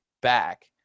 back